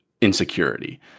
insecurity